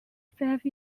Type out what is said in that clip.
five